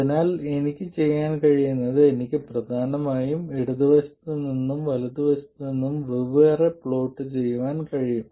അതിനാൽ എനിക്ക് ചെയ്യാൻ കഴിയുന്നത് എനിക്ക് പ്രധാനമായും വലതുവശത്തും ഇടതുവശത്തും വെവ്വേറെ പ്ലോട്ട് ചെയ്യാൻ കഴിയും